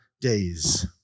days